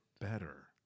better